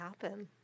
happen